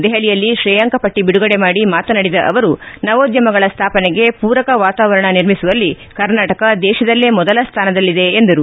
ದೆಹಲಿಯಲ್ಲಿ ತ್ರೇಯಾಂಕ ಪಟ್ಟ ಬಿಡುಗಡೆ ಮಾಡಿ ಮಾತನಾಡಿದ ಅವರು ನವೋದ್ಧಮಗಳ ಸ್ಥಾಪನೆಗೆ ಪೂರಕ ವಾತಾವರಣ ನಿರ್ಮಿಸುವಲ್ಲಿ ಕರ್ನಾಟಕ ದೇಶದಲ್ಲೇ ಮೊದಲ ಸ್ವಾನದಲ್ಲಿದೆ ಎಂದರು